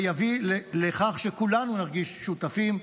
וזה יביא לכך שכולנו נרגיש שותפים.